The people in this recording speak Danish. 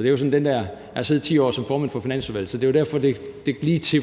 Jeg har siddet i 10 år som formand for Finansudvalget, så det er jo derfor, det lige